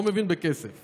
לא מבין בכסף,